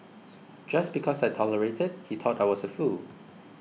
just because I tolerated he thought I was a fool